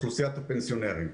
אוכלוסיית הפנסיונרים.